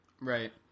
Right